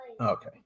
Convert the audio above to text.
Okay